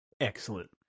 Excellent